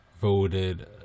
voted